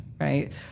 right